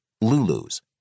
Lulu's